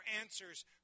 answers